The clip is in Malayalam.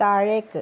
താഴേക്ക്